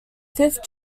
fifth